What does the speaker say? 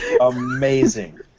Amazing